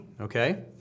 Okay